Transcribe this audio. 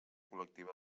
col·lectiva